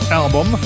album